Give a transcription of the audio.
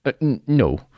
no